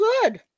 good